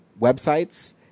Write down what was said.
websites